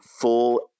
full